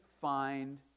find